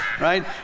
right